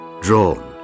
drawn